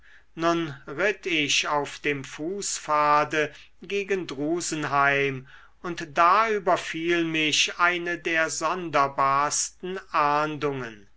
nun ritt ich auf dem fußpfade gegen drusenheim und da überfiel mich eine der sonderbarsten ahndungen